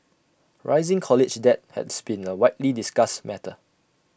rising college debt has been A widely discussed matter